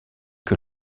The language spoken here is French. que